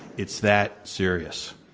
it's that serious.